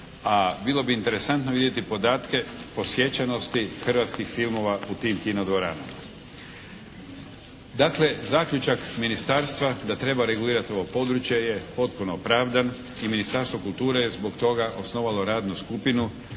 a bilo bi interesantno vidjeti podatke posjećenosti hrvatskih filmova u tim kino dvoranama. Dakle, zaključak ministarstva da treba regulirati ovo područje je potpuno opravdan i Ministarstvo kulture je zbog toga osnovalo radnu skupinu